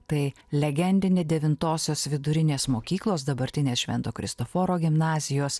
tai legendinė devintosios vidurinės mokyklos dabartinės švento kristoforo gimnazijos